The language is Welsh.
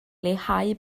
leihau